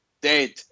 dead